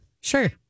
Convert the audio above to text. sure